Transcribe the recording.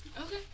Okay